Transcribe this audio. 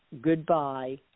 goodbye